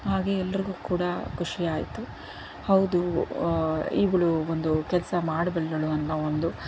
ಹಾಗೇ ಎಲ್ಲರಿಗೂ ಕೂಡ ಖುಷಿಯಾಯಿತು ಹೌದು ಇವಳು ಒಂದು ಕೆಲಸ ಮಾಡಬಲ್ಲಳು ಅನ್ನೋ ಒಂದು